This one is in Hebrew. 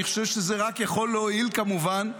אני חושב שזה רק יכול להועיל, כמובן.